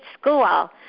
School